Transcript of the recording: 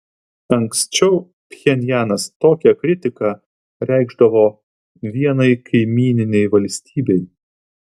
anksčiau pchenjanas tokią kritiką reikšdavo vienai kaimyninei valstybei